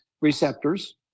receptors